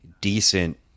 decent